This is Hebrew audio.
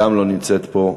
גם לא נמצאת פה.